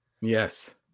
yes